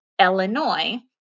Illinois